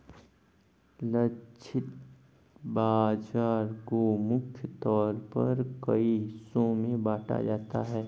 लक्षित बाजार को मुख्य तौर पर कई हिस्सों में बांटा जाता है